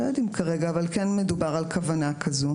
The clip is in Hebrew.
לא יודעים כרגע, אבל כן מדובר על כוונה כזו.